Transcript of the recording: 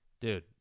dude